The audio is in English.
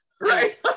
right